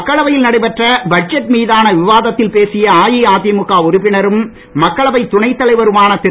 மக்களவையில் நடைபெற்ற பட்ஜெட் மீதான விவாதத்தில் பேசிய அஇஅதிமுக உறுப்பினரும் மக்களவை துணைத் தலைவருமான திரு